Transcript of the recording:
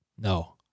No